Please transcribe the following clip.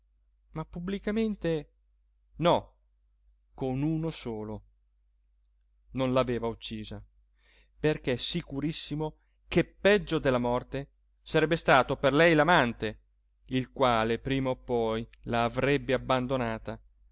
ma pubblicamente no con uno solo non l'aveva uccisa perché sicurissimo che peggio della morte sarebbe stato per lei l'amante il quale prima o poi l'avrebbe abbandonata